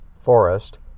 Forest